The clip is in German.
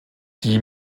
die